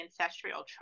ancestral